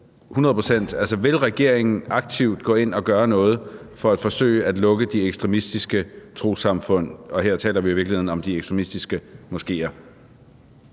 procent: Vil regeringen aktivt gå ind og gøre noget for at forsøge at lukke de ekstremistiske trossamfund, og her taler vi i virkeligheden om de ekstremistiske moskéer?